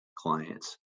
clients